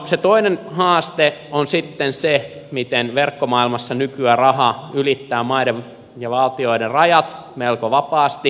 se toinen haaste on sitten se miten verkkomaailmassa nykyään raha ylittää maiden ja valtioiden rajat melko vapaasti